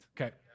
Okay